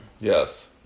Yes